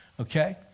okay